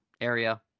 area